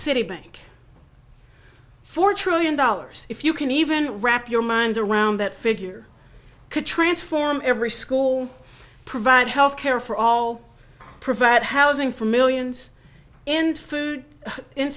citibank four trillion dollars if you can even wrap your mind around that figure could transform every school provide health care for all provide housing for millions in food